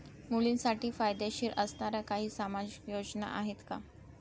मुलींसाठी फायदेशीर असणाऱ्या काही सामाजिक योजना आहेत का?